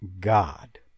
God